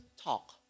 talk